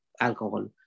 alcohol